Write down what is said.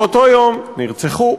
באותו יום, נרצחו,